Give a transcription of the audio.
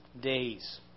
days